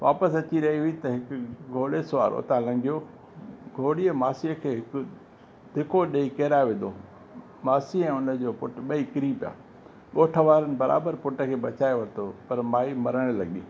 वापसि अची रही हुई त हिकु घोड़ेस वारो हुतां लंघियो घोड़ीअ मासीअ खे हिकु धिको ॾेई किराए विधो मासी ऐं हुन जो पुटु ॿई किरी पिया ॻोठु वारनि बराबरि पुट खे बचाए वरितो पर माई मरणु लॻी